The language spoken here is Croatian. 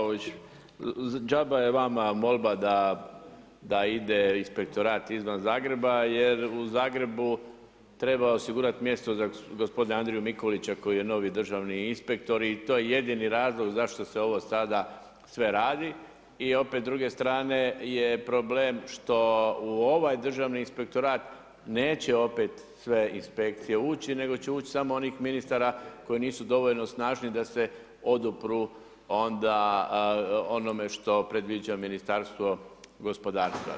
Uvaženi kolega Vlaović, džaba je vam molba da ide inspektorat izvan Zagreba jer u Zagrebu treba osigurati mjesto za gospodina Andriju Mikulića koji je novi državni inspektor i to je jedini razlog zašto se ovo sada sve radi i opet s druge strane je problem što u ovaj Državni inspektorat neće opet sve inspekcije nego će ući samo onih ministara koji nisu dovoljno snažni da se odupru onda onome što predviđa Ministarstvo gospodarstva.